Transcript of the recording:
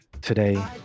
today